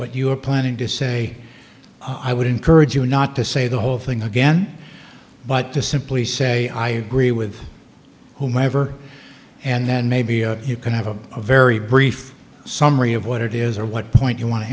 what you were planning to say i would encourage you not to say the whole thing again but to simply say i agree with whomever and then maybe you can have a very brief summary of what it is or what point you want to